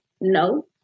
No